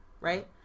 right